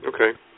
Okay